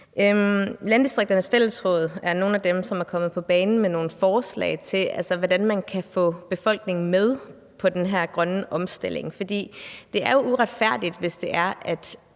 Landdistrikternes Fællesråd er nogle af dem, som er kommet på banen med nogle forslag til, hvordan man kan få befolkningen med på den her grønne omstilling. For det er jo uretfærdigt, hvis alle de